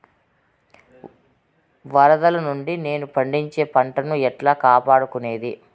వరదలు నుండి నేను పండించే పంట ను ఎట్లా కాపాడుకునేది?